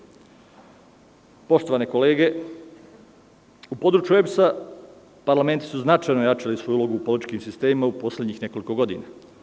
Poštovane kolege, u području OEBS-a parlamenti su značajno jačali svoju ulogu u političkim sistemima u poslednjih nekoliko godina.